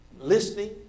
listening